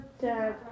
Dad